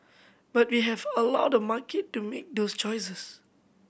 but we have allow the market to make those choices